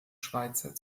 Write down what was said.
schweizer